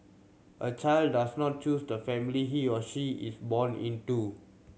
a child does not choose the family he or she is born into